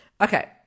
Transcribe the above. okay